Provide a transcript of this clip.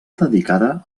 dedicada